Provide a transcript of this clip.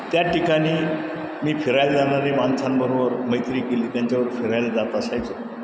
त्या ठिकाणी मी फिरायला जाणारी माणसांबरोबर मैत्री केली त्यांच्यावर फिरायला जात असायचो